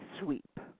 sweep